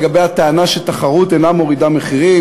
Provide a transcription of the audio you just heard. לגבי הטענה שתחרות אינה מורידה מחירים,